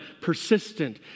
persistent